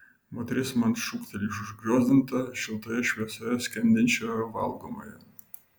moteris man šūkteli iš užgriozdinto šiltoje šviesoje skendinčio valgomojo